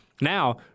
Now